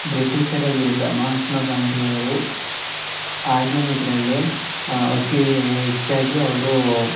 ಬ್ರಿಟೀಷರ ವಿರುದ್ಧ ಮಹಾತ್ಮ ಗಾಂಧಿಯವರು ಆಗಿನ ಇದರಲ್ಲಿ ಅತಿ ಹೆಚ್ಚಾಗಿ ಅವ್ರು